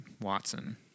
Watson